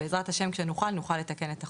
ובעזרת השם, כשנוכל, נוכל לתקן את החוק.